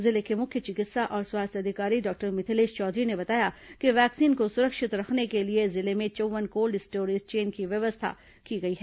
जिले के मुख्य चिकित्सा और स्वास्थ्य अधिकारी डॉक्टर मिथिलेश चौधरी ने बताया कि वैक्सीन को सुरक्षित रखने के लिए जिले में चौव्वन कोल्ड स्टोरेज चेन की व्यवस्था की गई है